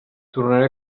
tornaré